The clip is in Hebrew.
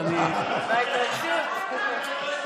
איך שזה יצא לך טוב